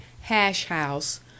hash-house